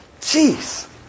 jeez